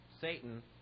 Satan